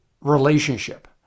relationship